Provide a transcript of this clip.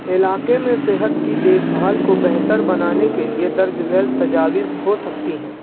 علاقے میں صحت کی دیکھ بھال کو بہتر بنانے کے لیے درج ذیل تجاویز ہو سکتی ہیں